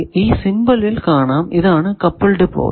ഈ സിംബലിൽ കാണാം ഇതാണ് കപ്പിൾഡ് പോർട്ട്